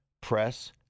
press